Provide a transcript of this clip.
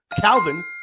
Calvin